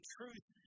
truth